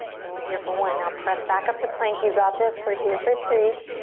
and we're here for one. now press back up to plank, you got this. we're here for three.